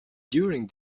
during